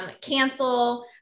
cancel